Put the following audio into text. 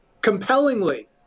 compellingly